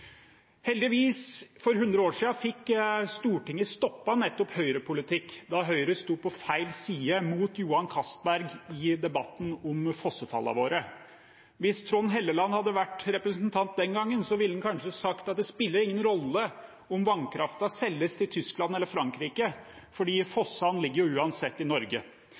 Heldigvis, for 100 år siden fikk Stortinget stoppet nettopp Høyre-politikk, da Høyre sto på feil side mot Johan Castberg i debatten om fossefallene våre. Hvis Trond Helleland hadde vært representant den gangen, ville han kanskje ha sagt at det spiller ingen rolle om vannkraften selges til Tyskland eller Frankrike, for fossene ligger jo uansett i Norge.